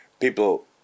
people